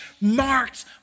marked